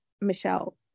Michelle